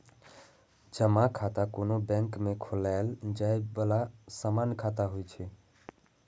जमा खाता कोनो बैंक मे खोलाएल जाए बला सामान्य खाता होइ छै